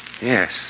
Yes